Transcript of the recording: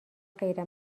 غیر